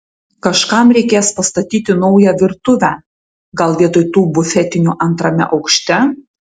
kažkam reikės pastatyti naują virtuvę gal vietoj tų bufetinių antrame aukšte